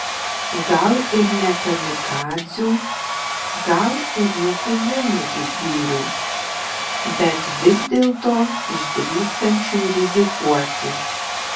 gal ir ne kamikadzių gal ir ne pilėnų didvyrių bet vis dėlto išdrįstančių rizikuoti